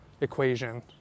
equation